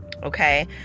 Okay